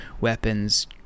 weapons